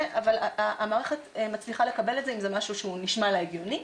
אבל המערכת מצליחה לקבל את זה אם זה משהו שהוא נשמע לה הגיוני,